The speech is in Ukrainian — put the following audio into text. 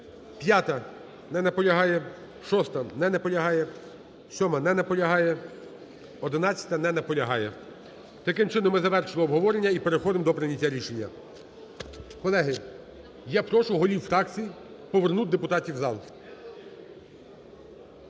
5-а. Не наполягає. 6-а. Не наполягає. 7-а. Не наполягає. 11-а. Не наполягає. Таким чином, ми завершили обговорення і переходимо до прийняття рішення. Колеги, я прошу голів фракцій повернути депутатів в зал.